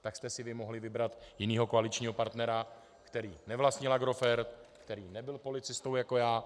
Tak jste si vy mohli vybrat jiného koaličního partnera, který nevlastnil Agrofert, který nebyl policistou jako já.